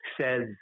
says